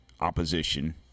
opposition